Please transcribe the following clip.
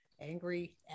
angry